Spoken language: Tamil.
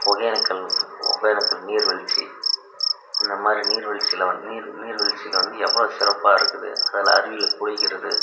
ஒகேனக்கல் ஒகேனக்கல் நீர்வீழ்ச்சி அந்த மாதிரி நீர்வீழ்ச்சியில் வந் நீர் நீர்வீழ்ச்சியில் வந்து எவ்வளோ சிறப்பாக இருக்குது அதில் அருவியில் குளிக்கிறது